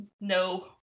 no